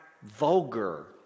vulgar